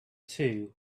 two